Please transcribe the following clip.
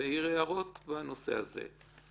והעיר הערות בנושא הזה.